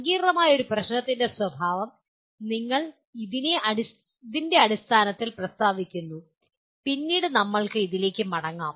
സങ്കീർണ്ണമായ ഒരു പ്രശ്നത്തിന്റെ സ്വഭാവം ഞങ്ങൾ ഇതിന്റെ അടിസ്ഥാനത്തിൽ മാത്രം പ്രസ്താവിക്കുന്നു പിന്നീട് നമ്മൾക്ക് അതിലേക്ക് മടങ്ങാം